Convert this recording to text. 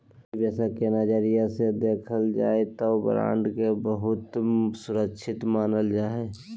निवेशक के नजरिया से देखल जाय तौ बॉन्ड के बहुत सुरक्षित मानल जा हइ